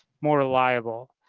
more reliable.